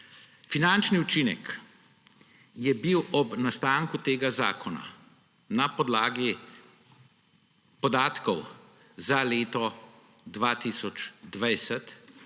Finančni učinek je bil ob nastanku tega zakona na podlagi podatkov za leto 2020